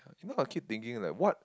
yeah I will keep thinking like what